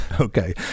okay